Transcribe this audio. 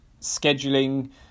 scheduling